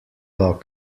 log